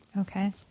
Okay